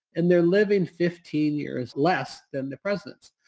and they're living fifteen years less than the presidents.